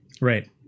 right